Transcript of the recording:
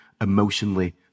emotionally